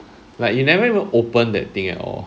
like you never even open that thing at all